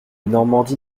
normandie